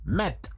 met